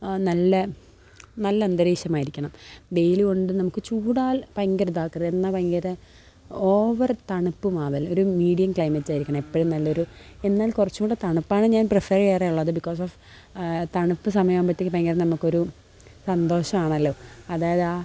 നല്ല നല്ല അന്തരീക്ഷമായിരിക്കണം വെയിലുകൊണ്ട് നമുക്ക് ചൂടാൽ ഭയങ്കര ഇതാക്കരുത് എന്നാൽ ഭയങ്കര ഓവർ തണുപ്പും ആവല് ഒരു മീഡിയം ക്ലൈമറ്റായിരിക്കണം എപ്പോഴും നല്ലൊരു എന്നാൽ കുറച്ച് കൂടി തണുപ്പാണ് ഞാൻ പ്രിഫറ് ചെയ്യാറുള്ളത് ബിക്കോസ് ഓഫ് തണുപ്പ് സമയമാകുമ്പോഴേക്ക് ഭയങ്കര നമുക്കൊരു സന്തോഷമാണല്ലോ അതായത് ആ